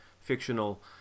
fictional